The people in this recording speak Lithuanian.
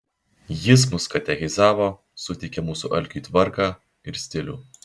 jis mus katechizavo suteikė mūsų alkiui tvarką ir stilių